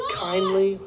kindly